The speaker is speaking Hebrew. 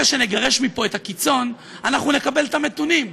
שנגרש מפה את הקיצון אנחנו נקבל את המתונים,